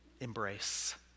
embrace